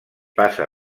passa